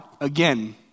again